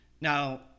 Now